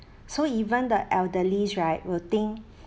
so even the elderlies right will think